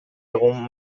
egun